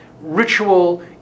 ritual